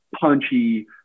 punchy